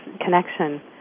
connection